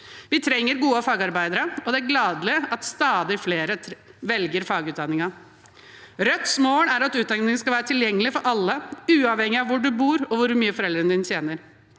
Vi trenger gode fagarbeidere, og det er gledelig at stadig flere velger fagutdanninger. Rødts mål er at utdanning skal være tilgjengelig for alle, uavhengig av hvor man bor, og hvor mye foreldrene